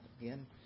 again